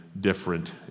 different